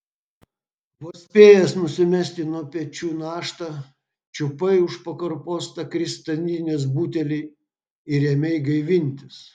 vos spėjęs nusimesti nuo pečių naštą čiupai už pakarpos tą kristalinės butelį ir ėmei gaivintis